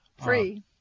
Free